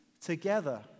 together